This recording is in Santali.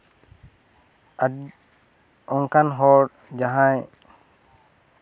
ᱟᱰᱚ ᱚᱱᱠᱟᱱ ᱦᱚᱲ ᱡᱟᱦᱟᱸᱭ